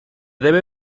debe